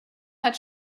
hat